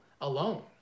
alone